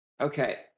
Okay